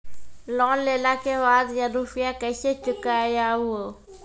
Loan लेला के बाद या रुपिया केसे चुकायाबो?